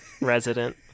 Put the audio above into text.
resident